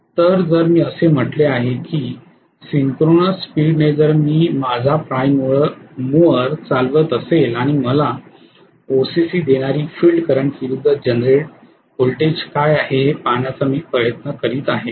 तर जर मी असे म्हटले आहे की सिंक्रोनस स्पीडने जर मी माझा प्राइम मूवर चालवित असेल आणि मला ओसीसी देणारी फील्ड करंट विरूद्ध जनरेट व्होल्टेज काय आहे हे पाहण्याचा मी प्रयत्न करीत आहे